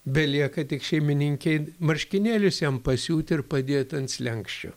belieka tik šeimininkei marškinėlius jam pasiūt ir padėt ant slenksčio